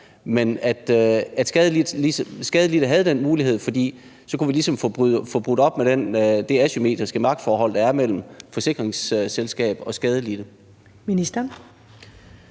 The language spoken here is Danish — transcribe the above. men at skadelidte havde den mulighed, for så kunne vi ligesom få brudt med det asymmetriske magtforhold, der er, mellem forsikringsselskab og skadelidte.